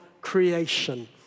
creation